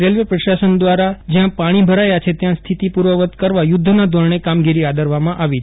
railway પ્રશાસન દ્વારા જ્યાં પાણી ભરાયાં છે ત્યાં સ્થિતિ પૂર્વવત કરવા યુદ્ધના ધોરણે કામગીરી આદરવામાં આવી છે